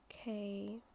Okay